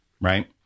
right